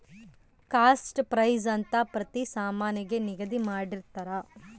cost price ಅಂತ ಪ್ರತಿ ಸಾಮಾನಿಗೆ ನಿಗದಿ ಮಾಡಿರ್ತರ